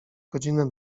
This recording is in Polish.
godzina